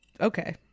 okay